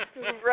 right